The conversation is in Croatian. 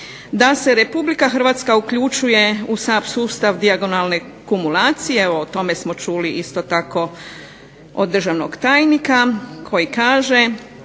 da se RH uključuje u SAP sustav dijagonalne kumulacije. O tome smo čuli isto tako od državnog tajnika koji kaže